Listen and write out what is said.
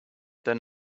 than